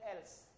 else